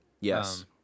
Yes